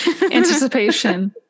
Anticipation